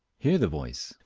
hear the voice,